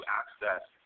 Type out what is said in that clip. access